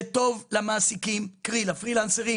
זה טוב למעסיקים, קרי לפרילנסרים.